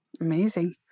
Amazing